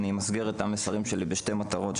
אלא אמסגר את המסרים שלי בשתי מטרות,